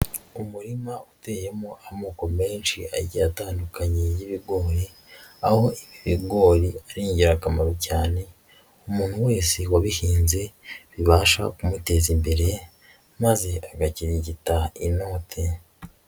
Umurima uteyemo amoko menshi agiye atandukanye y'ibigori, aho ibi bigori ari ingirakamaro cyane, umuntu wese wabihinze bibasha kumuteza imbere, maze agakirigita inote.